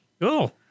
Cool